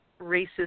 racist